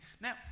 Now